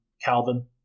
Calvin